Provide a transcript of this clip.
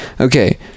okay